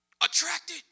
Attracted